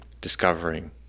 discovering